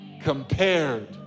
compared